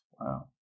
Wow